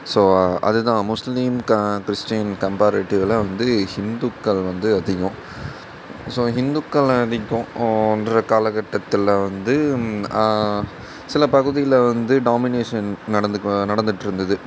so அதுதான் முஸ்லீம் க கிறிஸ்டின் கம்பேரிட்டிவில் வந்து ஹிந்துக்கள் வந்து அதிகம் ஸோ ஹிந்துக்கள் அதிகம் என்ற காலகட்டத்தில் வந்து சில பகுதியில் வந்து டாமினேஷன் நடந்து நடந்துகிட்டுருந்துது